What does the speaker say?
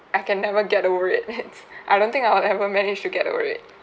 I can never get over it it I don't think I'll ever manage to get over it